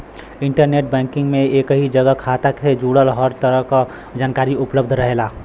internet banking में एक ही जगह खाता से जुड़ल हर तरह क जानकारी उपलब्ध रहेला